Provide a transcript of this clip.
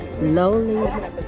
lonely